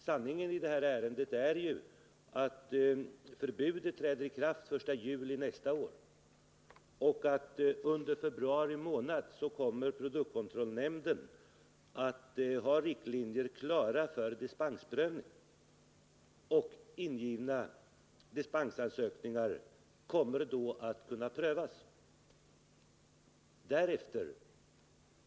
Sanningen i det här ärendet är att förbudet träder i kraft den 1 juli nästa år och att produktkontrollnämrden under februari månad kommer att ha riktlinjer klara för dispensprövning. Ingivna dispensansökningar kommer då att kunna prövas.